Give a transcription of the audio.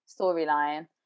storyline